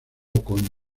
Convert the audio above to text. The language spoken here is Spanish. con